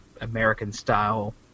American-style